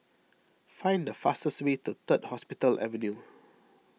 find the fastest way to Third Hospital Avenue